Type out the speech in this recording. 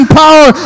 power